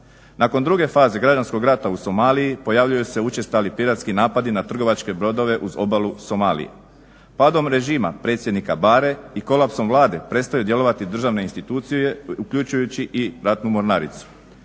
Nakon druge faze građanskog rata u Somaliji pojavljuju se učestali piratski napadi na trgovačke brodove uz obalu Somalije. Padom režima predsjednika Bare i kolapsom Vlade prestaju djelovati i državne institucije uključujući i ratnu mornaricu.